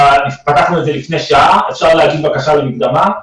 פתחנו את זה לפני שעה ואפשר להגיש בקשה למקדמה.